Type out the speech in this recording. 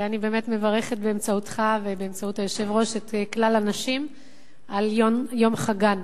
ואני באמת מברכת באמצעותך ובאמצעות היושב-ראש את כלל הנשים ביום חגן.